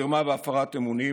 מרמה והפרת אמונים